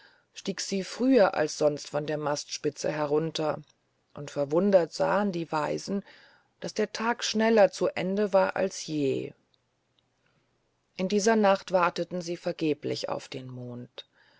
stieg sie früher als sonst von der mastspitze herunter und verwundert sahen die weisen daß der tag schneller zu ende war als je in dieser nacht warteten sie vergeblich auf den mond